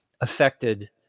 affected